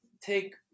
take